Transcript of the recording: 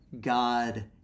God